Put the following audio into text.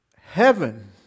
heaven